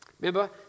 Remember